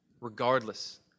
regardless